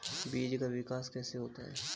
बीज का विकास कैसे होता है?